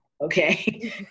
okay